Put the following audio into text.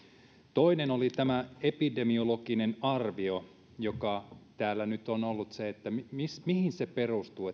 toinen oli tämä epidemiologinen arvio joka täällä nyt on ollut mihin se perustuu